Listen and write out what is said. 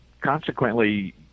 consequently